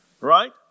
Right